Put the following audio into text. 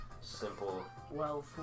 simple